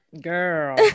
Girl